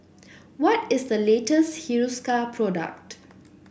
what is the latest Hiruscar product